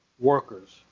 workers,